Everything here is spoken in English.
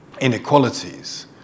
inequalities